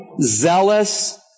Zealous